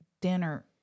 dinner